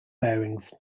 bearings